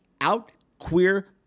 out-queer